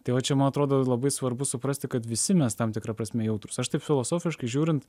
tai va čia man atrodo labai svarbu suprasti kad visi mes tam tikra prasme jautrūs aš taip filosofiškai žiūrint